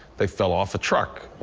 they fell off a truck,